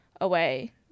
away